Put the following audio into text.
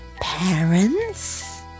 parents